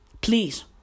please